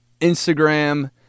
Instagram